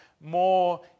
more